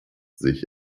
sich